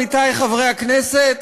עמיתי חברי הכנסת,